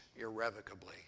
irrevocably